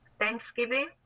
Thanksgiving